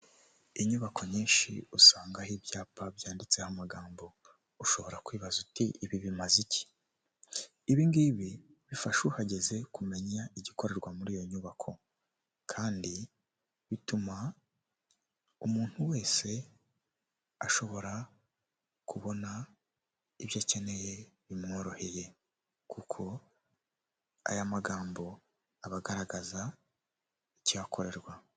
Inyubako nyinshi usangaho ibyapa byanditseho amagambo, ushobora kwibaza uti ibi bimaze iki? ibi ngibi bifasha uhageze kumenya igikorerwa muri iyo nyubako kandi bituma umuntu wese ashobora kubona ibyo akeneye bimworoheye kuko aya magambo abagaragaza icyihakorerwa.